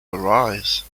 arise